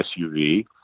SUV